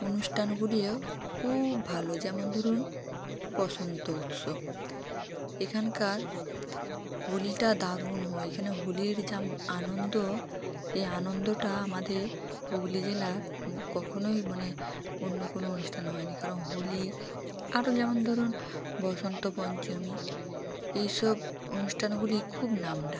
অনুষ্ঠানগুলিও খুব ভালো যেমন ধরুন বসন্ত উৎসব এখানকার হোলিটা দারুণ হয় এখানে হোলির যেমন আনন্দ এই আনন্দটা আমাদের হুগলি জেলার মুখ কখনোই মানে অন্য কোনো অনুষ্ঠান হয়নি কারণ হোলি আরো যেমন ধরুন বসন্ত পঞ্চমী এইসব অনুষ্ঠানগুলির খুব নামডাক